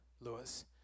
Lewis